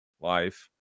life